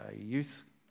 youth